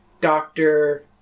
doctor